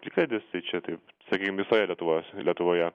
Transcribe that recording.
plikledis tai čia taip sakykim visoje lietuvos lietuvoje